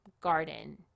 garden